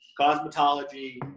cosmetology